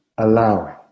Allowing